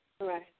Right